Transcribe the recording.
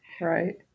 Right